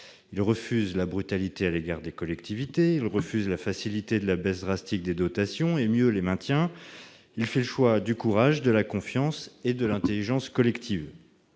Il refuse la brutalité à l'égard des collectivités, il refuse la facilité, la baisse drastique des dotations- mieux, il les maintient ! Il fait le choix du courage, de la confiance et de l'intelligence collective.